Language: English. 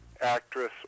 actress